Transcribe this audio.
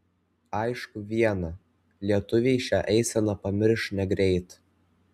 aišku viena lietuviai šią eiseną pamirš negreit